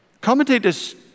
Commentators